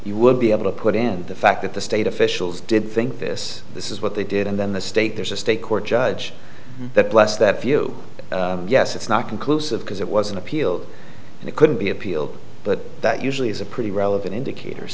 you would be able to put in the fact that the state officials did think this this is what they did and then the state there's a state court judge that blessed that if you yes it's not conclusive because it was an appeal and it couldn't be appealed but that usually is a pretty relevant indicator